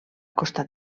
costat